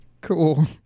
Cool